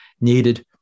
needed